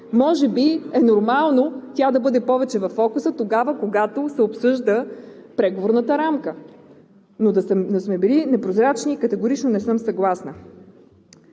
Може би е нормално тя да бъде повече във фокуса, тогава, когато се обсъжда преговорната рамка, но да сме били непрозрачни – категорично не съм съгласна